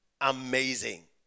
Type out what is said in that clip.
Amazing